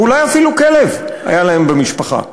ואולי אפילו כלב היה להם במשפחה,